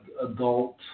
adult